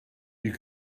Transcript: you